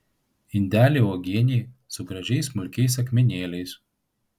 indelį uogienei su gražiais smulkiais akmenėliais